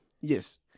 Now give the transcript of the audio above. Yes